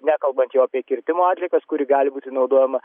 nekalbant jau apie kirtimo atliekas kuri gali būti naudojama